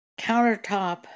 countertop